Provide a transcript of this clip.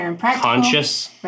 conscious